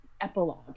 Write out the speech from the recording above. epilogue